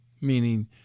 Meaning